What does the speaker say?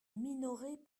minorés